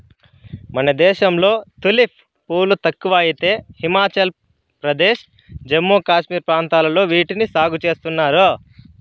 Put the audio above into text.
మన దేశంలో తులిప్ పూలు తక్కువ అయితే హిమాచల్ ప్రదేశ్, జమ్మూ కాశ్మీర్ ప్రాంతాలలో వీటిని సాగు చేస్తున్నారు